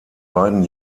beiden